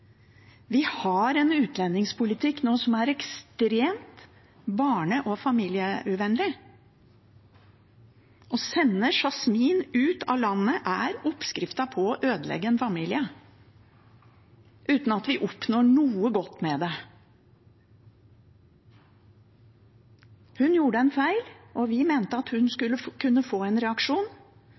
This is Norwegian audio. Vi har nå en utlendingspolitikk som er ekstremt barne- og familieuvennlig. Å sende Yasmin ut av landet er oppskriften på å ødelegge en familie, uten at vi oppnår noe godt med det. Hun gjorde en feil, og vi mente at hun skulle kunne få en reaksjon.